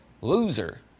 loser